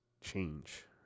change